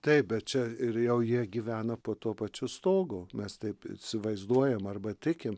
taip bet čia ir jau jie gyvena po tuo pačiu stogu mes taip įsivaizduojam arba tikim